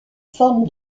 forme